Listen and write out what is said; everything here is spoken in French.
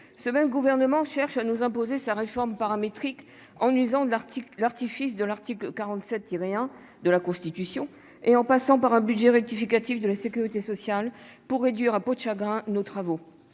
ce même gouvernement cherche à nous imposer sa réforme paramétrique en usant de l'article artifice de l'article 47 tirer 1 de la Constitution et en passant par un budget rectificatif de la Sécurité sociale pour réduire à peau de chagrin. Nos travaux